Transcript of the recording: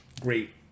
great